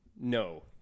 No